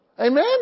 Amen